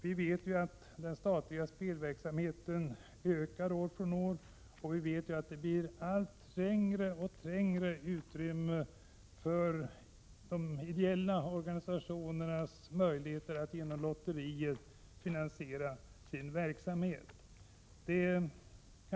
Vi vet att den statliga spelverksamheten ökar år från år, och vi vet att det blir ett allt mindre utrymme för de ideella organisationerna att genom lotterier finansiera sin verksamhet.